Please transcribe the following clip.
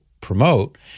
promote